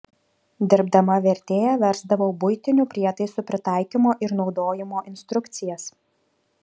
dirbdama vertėja versdavau buitinių prietaisų pritaikymo ir naudojimo instrukcijas